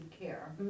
care